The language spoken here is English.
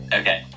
okay